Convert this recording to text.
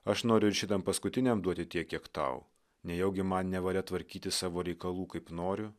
aš noriu ir šitam paskutiniam duoti tiek kiek tau nejaugi man nevalia tvarkyti savo reikalų kaip noriu